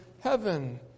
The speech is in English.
heaven